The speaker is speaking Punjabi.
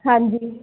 ਹਾਂਜੀ